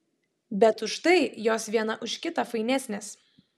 bet už tai jos viena už kitą fainesnės